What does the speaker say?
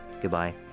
Goodbye